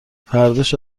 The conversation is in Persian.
فرداش